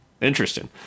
Interesting